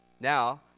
Now